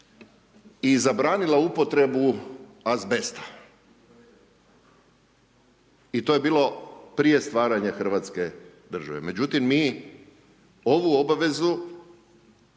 i zabranila upotrebu azbesta. I to je bilo prije stvaranja hrvatske države, međutim mi ovu obavezu